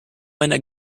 einer